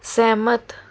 ਸਹਿਮਤ